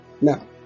Now